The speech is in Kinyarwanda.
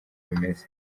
bimeze